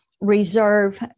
reserve